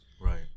Right